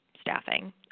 staffing